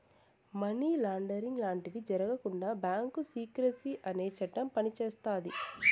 money laundering లాంటివి జరగకుండా bank secrecy అనే చట్టం పనిచేస్తాది